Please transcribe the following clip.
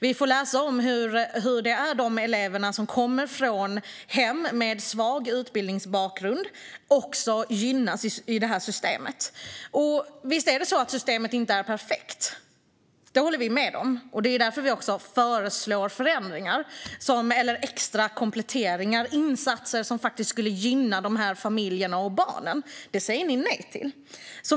Vi får läsa om hur de elever som kommer från hem med svag utbildningsbakgrund också gynnas i systemet. Visst är systemet inte perfekt. Det håller vi med om. Det är också därför som vi föreslår extra kompletteringar och insatser som skulle gynna de familjerna och barnen. Det säger ni nej till.